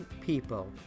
people